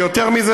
ויותר מזה,